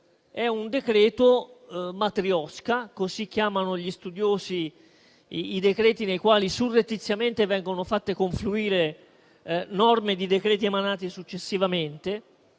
è un provvedimento matrioska: così chiamano gli studiosi i decreti-legge nei quali surrettiziamente vengono fatte confluire norme di decreti-legge emanati successivamente.